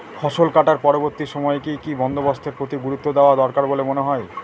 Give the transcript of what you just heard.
ফসলকাটার পরবর্তী সময়ে কি কি বন্দোবস্তের প্রতি গুরুত্ব দেওয়া দরকার বলে মনে হয়?